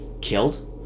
killed